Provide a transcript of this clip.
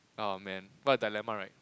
aww man what a dilemma right